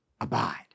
abide